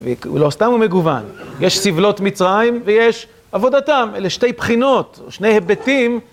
ולא סתם הוא מגוון, יש סבלות מצרים ויש עבודתם, אלה שתי בחינות, שני היבטים